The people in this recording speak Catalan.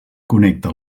connecta